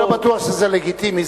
אני לא בטוח שזה לגיטימי.